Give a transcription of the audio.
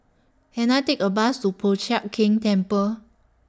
Can I Take A Bus to Po Chiak Keng Temple